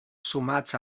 sumats